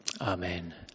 Amen